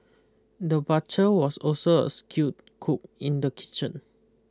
the butcher was also a skilled cook in the kitchen